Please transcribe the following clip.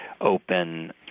open